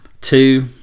Two